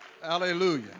Hallelujah